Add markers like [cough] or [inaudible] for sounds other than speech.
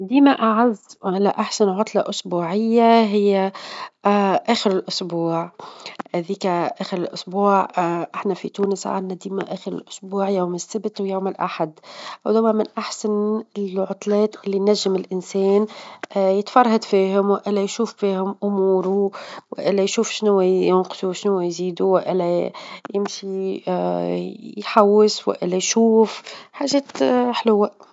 ديما أعز على أحسن عطلة أسبوعية هي [hesitation] آخر الأسبوع، هذيكا آخر الأسبوع [hesitation] احنا في تونس عندنا ديما آخر الأسبوع يوم السبت، ويوم الأحد، ودما من أحسن العطلات اللي نجم الإنسان [hesitation] يتفرهد فيهم، ليشوف فيهم أموره ليشوف شنو ينقصو، وشنو يزيدو [hesitation] الا يمشي [hesitation] يحوش، والا يشوف حاجات [hesitation] حلوة.